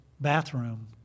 bathroom